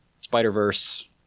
Spider-Verse